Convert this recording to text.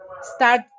start